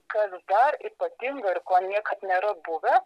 kas dar ypatingo ir ko niekad nėra buvę